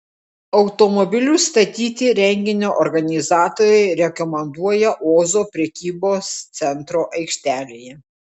automobilius statyti renginio organizatoriai rekomenduoja ozo prekybos centro aikštelėje